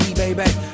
baby